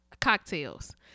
Cocktails